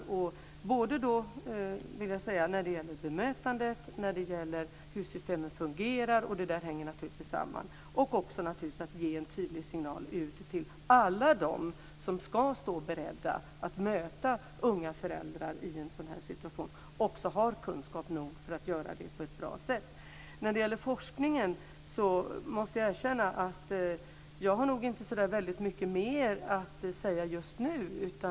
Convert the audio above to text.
Det gäller alltså både, vill jag säga, när det gäller bemötandet och när det gäller hur systemet fungerar - det hänger naturligtvis samman. Det handlar också naturligtvis om att ge en tydlig signal så att alla de som ska stå beredda att möta unga föräldrar i en sådan här situation har kunskap nog att göra det på ett bra sätt. När det gäller forskningen måste jag erkänna att jag nog inte har så väldigt mycket mer att säga just nu.